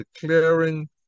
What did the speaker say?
declaring